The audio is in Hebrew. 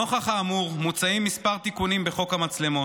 נוכח האמור, מוצעים כמה תיקונים בחוק המצלמות: